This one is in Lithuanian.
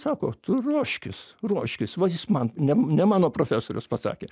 sako tu ruoškis ruoškis va jis man ne mano profesorius pasakė